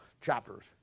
chapters